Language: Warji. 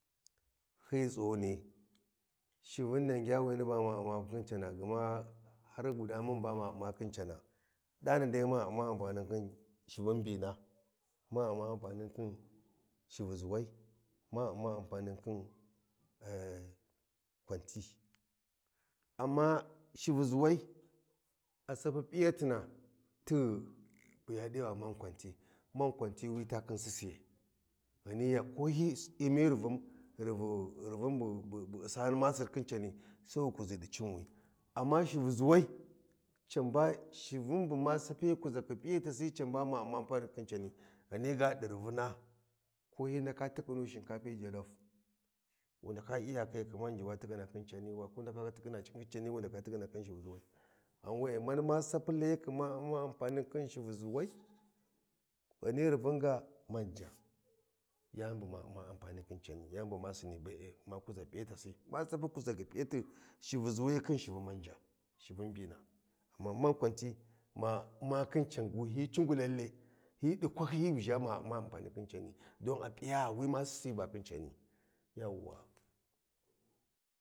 Hyi tsighuni shivin dagya wini bama umma amfani khin cana gma har guda mun ba ma Umma khin cana ɗani dai ma umma ampanin khin shibin ɓina ma umma ampanin khin kwanti. Amma shivi ʒuwai a sapi P’iyatina tighi buya ɗi va mas kwanti man kwanti wita khin sisiyai ghani ya kwi ko hyi rivin bu ussani masir khin cani, sai wu kuʒi ɗi cinwi amma shivi ʒuwai can ba shivin bu ma sapi kuʒa khi P’iyatasi can bama umma ampanin khin cani ghani ga ɗi rivina ko hyi ndaka tikkhinu shinkapi jalop wu ndaka iya khiyakhi man ji wa tikhina khin cani ghau wa kwa tikhina khin cani wu naka tikhina khin cani wu ndaka tikhina khin shivi ʒuwai ghan we’e mani ma sapi layakhi ma umma ampanin khin shivi ʒuwai ghani rivui ga manja ya ni bu ma umma ampanin khin cani yani bu ma sini be’e ma kuʒa P’iyatasi ma sapi kuʒa khi P’iyati shivi zuwai khin shivi man ja shivin ɓina amma kwanti ma Umma khin can gu hyi cingulele hyi ɗi kwahyiyi ba ma umma ampanin khin cani don a P’iya wi ma Sisiyi ba khin cani yawwa.